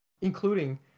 including